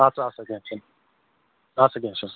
اَدٕ سا اَدٕ سا کیٚنٛہہ چھُنہٕ اَدٕ سا کیٚنٛہہ چھُنہٕ